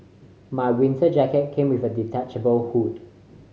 my winter jacket came with a detachable hood